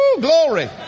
glory